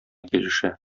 килешә